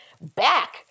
back